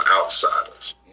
outsiders